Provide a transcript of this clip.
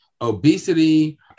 obesity